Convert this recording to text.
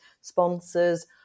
sponsors